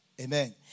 amen